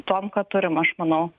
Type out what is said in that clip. tuom ką turim aš manau